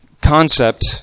concept